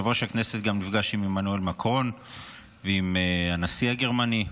יושב-ראש הכנסת גם נפגש עם עמנואל מקרון ועם הנשיא הגרמני.